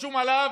רשום עליו: